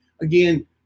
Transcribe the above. again